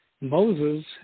Moses